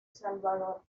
salvador